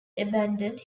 abandoned